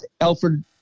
Alfred